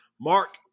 mark